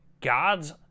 gods